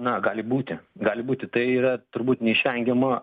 na gali būti gali būti tai yra turbūt neišvengiama